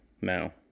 Now